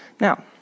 Now